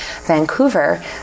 Vancouver